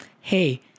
Hey